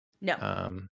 No